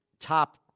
Top